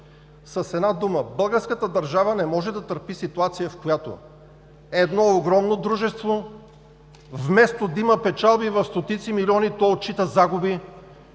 С една дума, българската държава не може да търпи ситуация, в която едно огромно дружество вместо да има печалби в стотици милиони, то да отчита загуби.